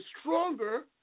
stronger